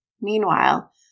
Meanwhile